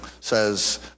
says